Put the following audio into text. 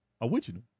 Original